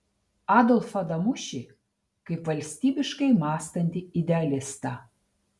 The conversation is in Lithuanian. adolfą damušį kaip valstybiškai mąstantį idealistą